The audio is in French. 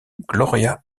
gloria